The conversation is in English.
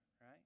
right